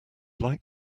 like